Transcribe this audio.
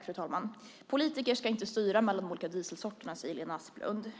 Fru talman! Politiker ska inte styra valet mellan de olika dieselsorterna, säger Lena Asplund.